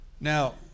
Now